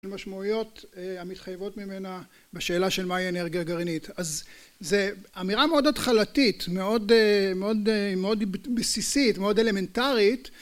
המשמעויות המתחייבות ממנה בשאלה של מהי אנרגיה גרעינית. אז זה אמירה מאוד התחלתית, מאוד בסיסית, מאוד אלמנטרית